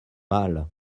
mâle